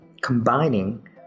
combining